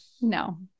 No